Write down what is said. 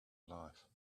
life